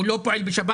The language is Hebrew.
הוא לא פועל בשבת.